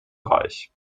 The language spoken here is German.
reich